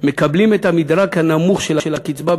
מקבלים את המדרג הנמוך של הקצבה,